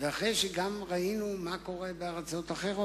אחרי שהתעמקתי